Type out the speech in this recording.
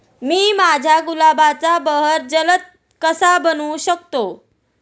मी माझ्या गुलाबाचा बहर जलद कसा बनवू शकतो?